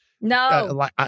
No